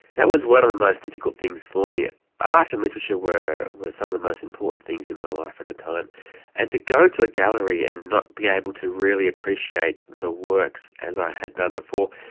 that was one of the most difficult things for me. art and literature were some of the most important things in my life at the time and to go to a gallery and not be able to really appreciate the works as i had done before,